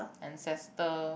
ancestor